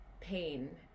pain